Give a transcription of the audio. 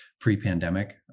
pre-pandemic